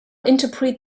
interpret